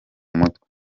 mutwe